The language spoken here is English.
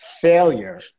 failure